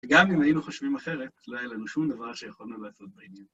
וגם אם היינו חושבים אחרת, לא היה לנו שום דבר שיכולנו לעשות בעניין.